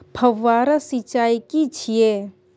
फव्वारा सिंचाई की छिये?